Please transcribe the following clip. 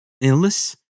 illness